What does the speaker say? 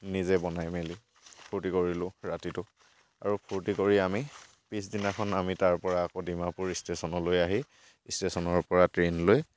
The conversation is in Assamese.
নিজে বনাই মেলি ৰাতিটো আৰু ফুৰ্ত্তি কৰি আমি পিছদিনাখন আমি তাৰপৰা আকৌ ডিমাপুৰ ইষ্টেশ্যনলৈ আহি ইষ্টেশ্যনৰপৰা ট্ৰেইন লৈ